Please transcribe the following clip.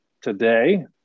today